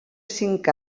cinc